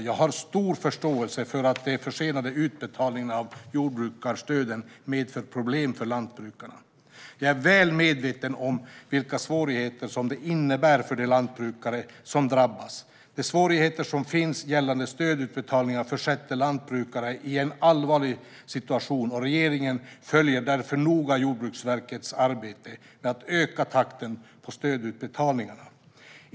Jag har stor förståelse för att de försenade utbetalningarna av jordbruksstöden medför problem för lantbrukarna. Jag är väl medveten om vilka svårigheter det innebär för de lantbrukare som drabbas. De svårigheter som finns gällande stödutbetalningarna försätter lantbrukare i en allvarlig situation, och regeringen följer därför noga Jordbruksverkets arbete med att öka takten i stödutbetalningarna.